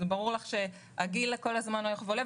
ברור שהגיל כל הזמן הולך ועולה,